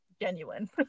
genuine